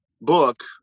book